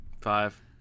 Five